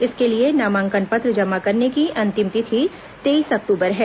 इसके लिए नामांकन पत्र जमा करने की अंतिम तिथि तेईस अक्टूबर है